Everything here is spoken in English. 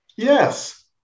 Yes